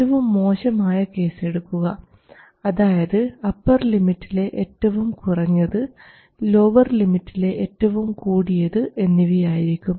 ഏറ്റവും മോശമായ കേസെടുക്കുക അതായത് അപ്പർ ലിമിറ്റിലെ ഏറ്റവും കുറഞ്ഞത് ലോവർ ലിമിറ്റിലെ ഏറ്റവും കൂടിയത് എന്നിവയായിരിക്കും